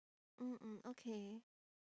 mm mm okay